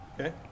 Okay